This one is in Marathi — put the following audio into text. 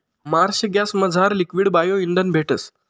मार्श गॅसमझार लिक्वीड बायो इंधन भेटस